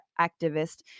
activist